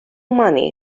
money